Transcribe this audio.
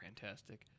fantastic